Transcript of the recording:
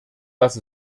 dass